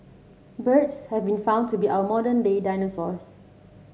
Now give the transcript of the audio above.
birds have been found to be our modern day dinosaurs